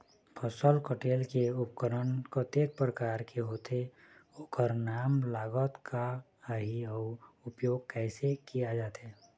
फसल कटेल के उपकरण कतेक प्रकार के होथे ओकर नाम लागत का आही अउ उपयोग कैसे किया जाथे?